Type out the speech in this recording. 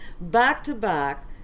back-to-back